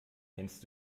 kennst